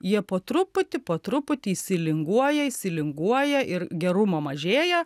jie po truputį po truputį įsilinguoja įsilinguoja ir gerumo mažėja